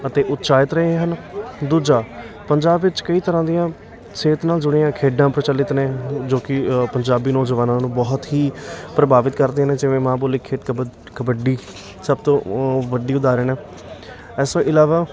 ਅਤੇ ਉਤਸ਼ਾਹਿਤ ਰਹੇ ਹਨ ਦੂਜਾ ਪੰਜਾਬ ਵਿੱਚ ਕਈ ਤਰ੍ਹਾਂ ਦੀਆਂ ਸਿਹਤ ਨਾਲ ਜੁੜੀਆਂ ਖੇਡਾਂ ਪ੍ਰਚਲਿਤ ਨੇ ਜੋ ਕਿ ਪੰਜਾਬੀ ਨੌਜਵਾਨਾਂ ਨੂੰ ਬਹੁਤ ਹੀ ਪ੍ਰਭਾਵਿਤ ਕਰਦੇ ਨੇ ਜਿਵੇਂ ਮਾਂ ਬੋਲੀ ਖੇਡ ਕਬੱਦ ਕਬੱਡੀ ਸਭ ਤੋਂ ਵੱਡੀ ਉਦਾਹਰਣ ਇਸ ਤੋਂ ਇਲਾਵਾ